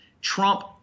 Trump